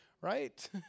right